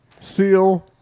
seal